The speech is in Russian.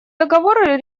договор